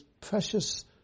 precious